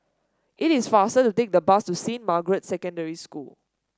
it is faster to take the bus to Saint Margaret's Secondary School